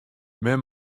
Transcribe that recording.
men